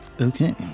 Okay